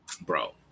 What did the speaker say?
Bro